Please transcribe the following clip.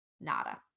nada